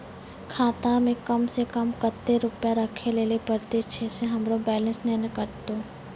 खाता मे कम सें कम कत्ते रुपैया राखै लेली परतै, छै सें हमरो बैलेंस नैन कतो?